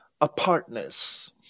apartness